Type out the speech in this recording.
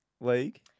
League